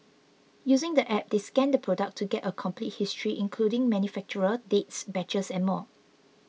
using the app they scan the product to get a complete history including manufacturer dates batches and more